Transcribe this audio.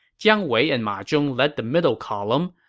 jiang wei and ma zhong led the middle column.